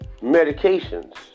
medications